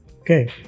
Okay